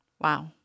Wow